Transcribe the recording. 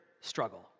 struggle